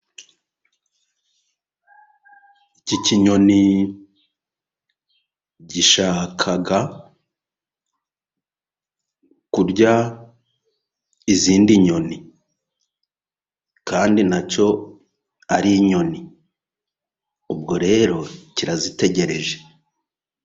Iki kinyoni gishaka kurya izindi nyoni, kandi na cyo ari inyoni ubwo rero kirazitegereje.